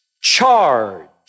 charge